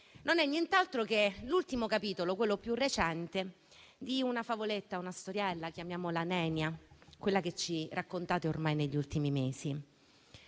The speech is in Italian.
non è nient'altro che l'ultimo capitolo, quello più recente, di una favoletta, una storiella, chiamiamola nenia, che ci raccontate ormai negli ultimi mesi.